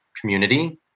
community